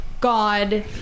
God